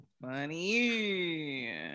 funny